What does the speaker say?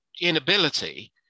inability